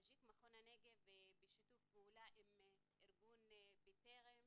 אג'יק, מכון הנגב, בשיתוף פעולה עם ארגון 'בטרם',